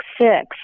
six